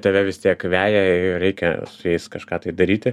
tave vis tiek veja ir reikia su jais kažką tai daryti